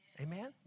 amen